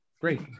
Great